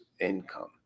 income